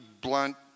blunt